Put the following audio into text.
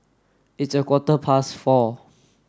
its a quarter past four